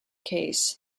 case